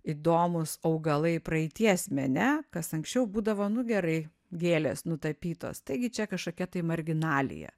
įdomūs augalai praeities mene kas anksčiau būdavo nu gerai gėlės nutapytos taigi čia kažkokia tai marginalija